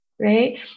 Right